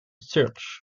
search